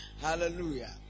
Hallelujah